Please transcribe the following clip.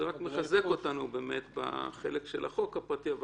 זה רק מחזק אותנו בחלק של החוק הפרטי,